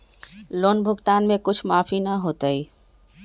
Loan भुगतान में कुछ माफी न होतई?